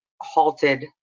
halted